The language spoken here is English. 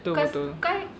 betul betul